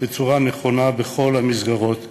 בצורה נכונה בכל המסגרות,